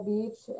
Beach